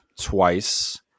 twice